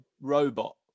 robot